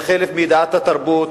חלק מידיעת התרבות,